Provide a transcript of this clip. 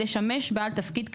לשמש בעל תפקיד כאמור,